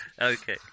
Okay